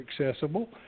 accessible